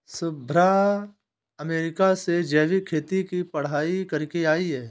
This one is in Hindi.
शुभ्रा अमेरिका से जैविक खेती की पढ़ाई करके आई है